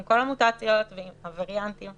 עם כל המוטציות ועם הווריאנטים,